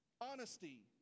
honesty